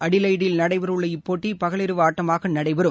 அடிவைடில் நடைபெறவுள்ள இப்போட்டி பகல் இரவு ஆட்டமாக நடைபெறும்